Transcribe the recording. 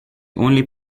only